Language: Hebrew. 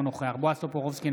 אינו נוכח בועז טופורובסקי,